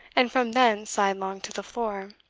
and from thence sidelong to the floor.